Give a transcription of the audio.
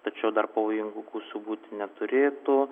tačiau dar pavojingų gūsių būti neturėtų